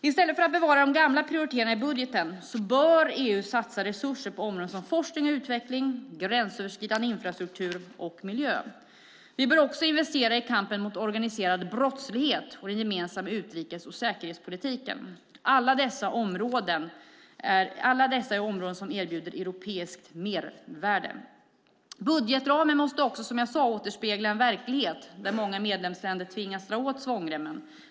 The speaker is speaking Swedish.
I stället för att bevara de gamla prioriteringarna i budgeten bör EU satsa resurser på områden som forskning och utveckling, gränsöverskridande infrastruktur och miljö. Vi bör också investera i kampen mot organiserad brottslighet och i den gemensamma utrikes och säkerhetspolitiken. Alla dessa är områden som erbjuder europeiskt mervärde. Budgetramen måste också, som jag sade, återspegla den verklighet där många medlemsländer tvingas dra åt svångremmen.